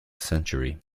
century